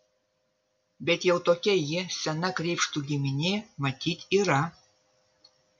bet jau tokia ji sena krėpštų giminė matyt yra